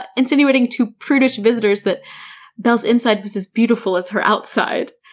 but insinuating to prudish visitors that belle's inside was as beautiful as her outside,